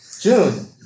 June